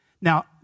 Now